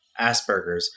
Aspergers